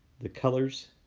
the colors,